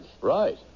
Right